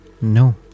No